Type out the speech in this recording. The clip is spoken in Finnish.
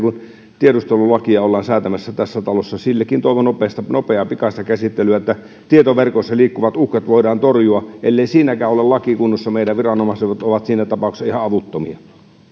kun tiedustelulakia ollaan säätämässä tässä talossa sillekin toivon nopeaa pikaista käsittelyä että tietoverkoissa liikkuvat uhkat voidaan torjua ellei siinäkään ole laki kunnossa meidän viranomaiset ovat siinä tapauksessa ihan avuttomia